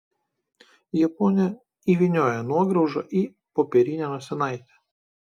japonė įvynioja nuograužą į popierinę nosinaitę